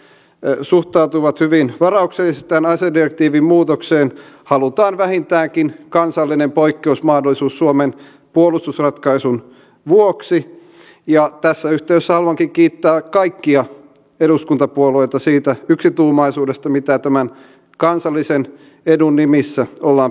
työllisyystoimenpiteistä sanoisin näin että omalta kohdaltani tiedän että palkkatukijärjestelmä toimii erittäin hyvin ja toivonkin että työministeri lindström ajaa vahvasti tätä palkkatukea koska se on itse asiassa aidosti sellainen nopeasti vaikuttava tukitoimenpide